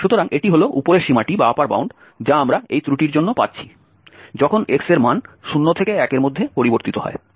সুতরাং এটি হল উপরের সীমাটি যা আমরা এই ত্রুটির জন্য পাচ্ছি যখন x এর মান 0 থেকে 1 এর মধ্যে পরিবর্তিত হয়